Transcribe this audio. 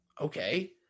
okay